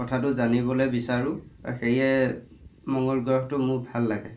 কথাটো জানিবলৈ বিচাৰোঁ আৰু সেয়ে মঙ্গল গ্ৰহটো মোৰ ভাল লাগে